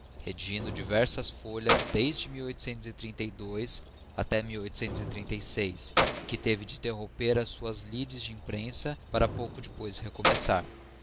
redigindo diversas folhas de até que teve de interromper as suas lides de imprensa para pouco depois recomeçar